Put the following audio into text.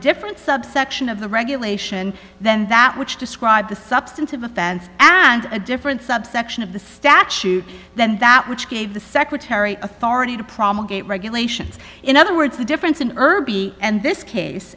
different subsection of the regulation than that which described the substantive offense and a different subsection of the statute than that which gave the secretary authority to promulgated regulations in other words the difference in irby and this case